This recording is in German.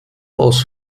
aus